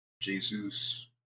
Jesus